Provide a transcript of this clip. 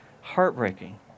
heartbreaking